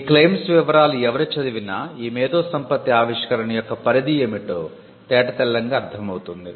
ఈ క్లెయిమ్స్ వివరాలు ఎవరు చదివినా ఈ మేధోసంపత్తి ఆవిష్కరణ యొక్క పరిధి ఏమిటో తేటతెల్లంగా అర్ధం అవుతుంది